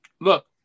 look